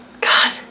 God